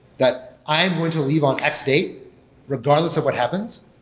that i'm going to leave on x-date regardless of what happens,